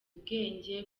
ubwenge